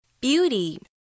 Beauty